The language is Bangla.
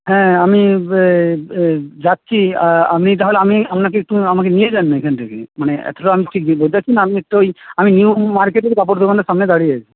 হ্যাঁ আমি এই যাচ্ছি আপনি তাহলে আমি আপনাকে একটু আমাকে নিয়ে যান না এখান থেকে মানে এতটা আমি ঠিক বলতে পারছি না আপনি একটু ওই আমি নিউ মার্কেটের কাপড় দোকানের সামনে দাঁড়িয়ে আছি